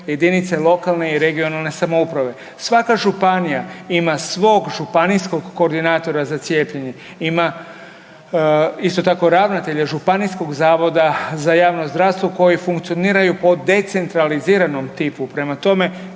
jedinice lokalne i regionalne samouprave. Svaka županija ima svog županijskog koordinatora za cijepljenje, ima isto tako ravnatelja županijskog zavoda za javno zdravstvo koji funkcioniraju po decentraliziranom tipu. Prema tome,